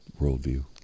worldview